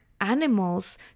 animals